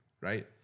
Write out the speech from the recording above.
right